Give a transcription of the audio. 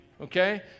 okay